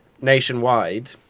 nationwide